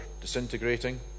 disintegrating